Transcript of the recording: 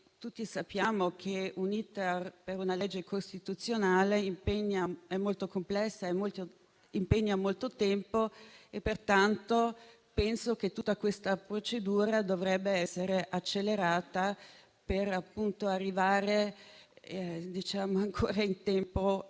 tutti sappiamo che l'*iter* di una legge costituzionale è molto complesso e impegna molto tempo; pertanto penso che tutta questa procedura dovrebbe essere accelerata, per arrivare ancora in tempo e